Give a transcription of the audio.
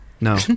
no